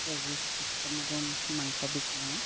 কে G চিষ্টেমতো মাংস বিকো আৰু